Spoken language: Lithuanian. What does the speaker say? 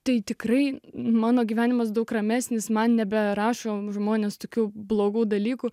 tai tikrai mano gyvenimas daug ramesnis man neberašo žmonės tokių blogų dalykų